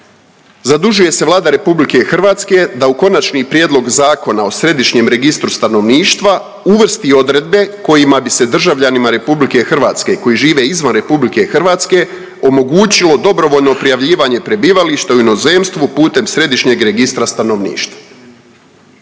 Zadužuje se Vlada RH da u Konačni prijedlog Zakona o središnjem registru stanovništva uvrsti odredbe kojima bi se državljanima RH koji žive izvan RH omogućilo dobrovoljno prijavljivanje prebivališta u inozemstvu putem središnjeg registra stanovništva.